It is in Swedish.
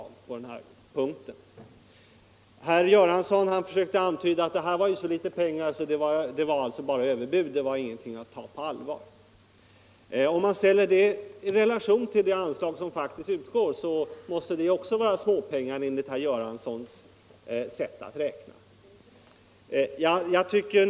Herr Göransson försökte antyda att det inte gäller så litet pengar att det bara är fråga om ett överbud och ingenting att ta på allvar. Men om man ställer höjningen i relation till det anslag som faktiskt utgår, borde även det vara småpengar enligt herr Göranssons sätt att räkna.